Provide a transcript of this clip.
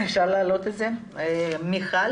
מיכל